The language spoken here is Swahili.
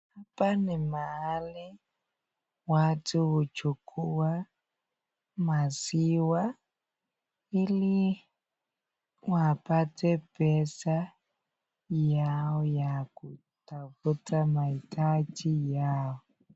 Hapa ni mahali watu hujukua maziwa hili wapate pesa Yao ya kutafuta maitaji yao.